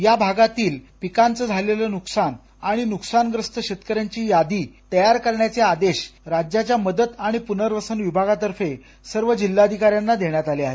या भागातील पिकांचं झालेलं नुकसान आणि नुकसानग्रस्त शेतकऱ्यांची यादी तयार करण्याचे आदेश राज्याच्या मदत आणि पुनर्वसन विभागातर्फे सर्व जिल्ह्याधिकाऱ्यांना देण्यात आले आहेत